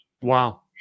Wow